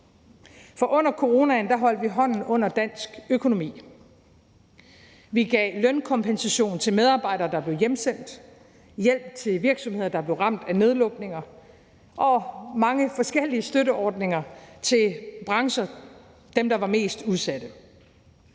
gøre. Under coronaen holdt vi hånden under dansk økonomi. Vi gav lønkompensation til medarbejdere, der blev hjemsendt, hjælp til virksomheder, der blev ramt af nedlukninger, og mange forskellige støtteordninger til de brancher, der var mest udsatte.